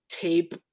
tape